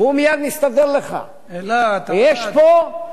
יש פה שילוב של הזנחה והסתה.